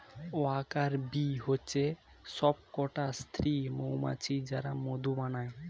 worker bee হচ্ছে সবকটা স্ত্রী মৌমাছি যারা মধু বানায়